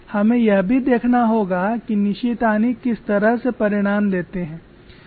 हमें यह भी देखना होगा कि निशितानी किस तरह से परिणाम देती हैं